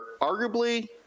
arguably